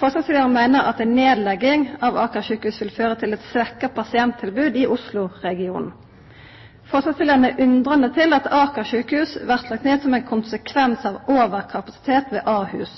Forslagsstillarane meiner at ei nedlegging av Aker sykehus vil føra til eit svekt pasienttilbod i Oslo-regionen. Forslagsstillarane stiller seg undrande til at Aker sykehus blir lagt ned som ein konsekvens av overkapasitet ved Ahus.